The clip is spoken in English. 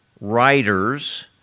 writers